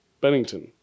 Bennington